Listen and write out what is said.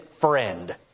friend